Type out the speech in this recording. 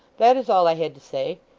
that is all i had to say.